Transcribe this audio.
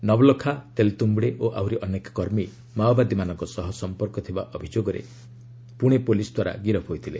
ନବଲଖା ତେଲତ୍ୟୁଡେ ଓ ଆହୁରି ଅନେକ କର୍ମୀ ମାଓବାଦୀମାନଙ୍କ ସହ ସମ୍ପର୍କ ଥିବା ଅଭିଯୋଗରେ ପୁଣେ ପୁଲିସ ଦ୍ୱାରା ଗିରଫ୍ ହୋଇଥିଲେ